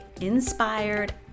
inspired